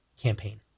campaign